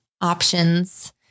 options